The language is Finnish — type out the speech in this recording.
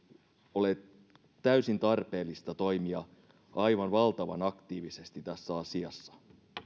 ole täysin tarpeellista toimia aivan valtavan aktiivisesti tässä asiassa